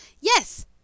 Yes